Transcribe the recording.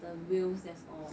the wheels that's all